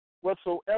Whatsoever